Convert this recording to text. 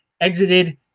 exited